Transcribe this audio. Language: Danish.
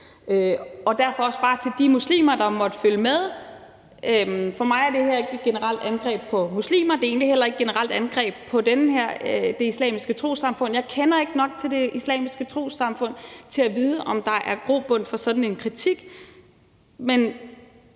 vil jeg også bare sige til de muslimer, der måtte følge med, at for mig er det her ikke et generelt angreb på muslimer, og det er egentlig heller ikke et generelt angreb på Det Islamiske Trossamfund. Jeg kender ikke nok til Det Islamiske Trossamfund til at vide, om der er grobund for sådan en kritik,